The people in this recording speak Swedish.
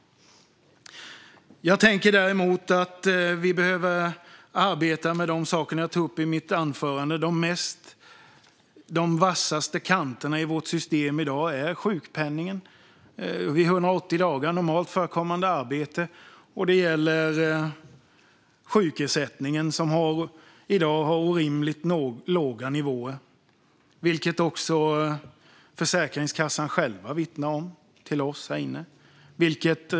Jag tänker att vi däremot behöver arbeta med de saker som jag tog upp i mitt anförande. De vassaste kanterna i vårt system i dag är sjukpenningen vid 180 dagar och normalt förekommande arbete. Det gäller också sjukersättningen, som i dag har orimligt låga nivåer, vilket också Försäkringskassan själva vittnar om till oss här inne.